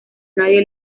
nadie